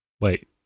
Wait